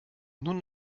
nun